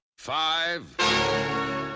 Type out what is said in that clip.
Five